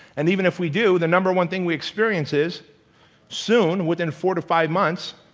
and even if we do, the number one thing we experience is soon, within four to five months,